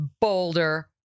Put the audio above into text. bolder